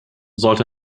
sollte